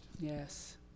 Yes